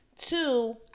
Two